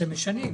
אתם משנים.